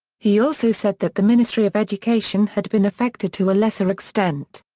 he also said that the ministry of education had been affected to a lesser extent.